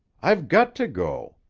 i've got to go.